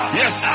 yes